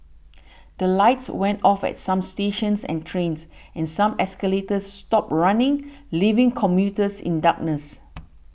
the lights went off at some stations and trains and some escalators stopped running leaving commuters in darkness